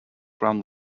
ground